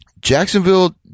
Jacksonville